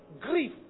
Grief